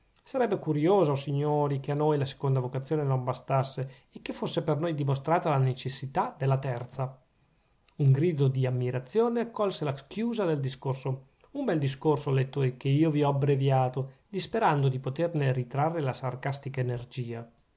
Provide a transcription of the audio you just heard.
sarebbe curiosa o signori che a noi la seconda vocazione non bastasse e che fosse per noi dimostrata la necessità della terza un grido di ammirazione accolse la chiusa del discorso un bel discorso o lettori che io vi ho abbreviato disperando di poterne ritrarre la sarcastica energia